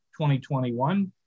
2021